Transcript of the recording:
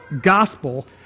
gospel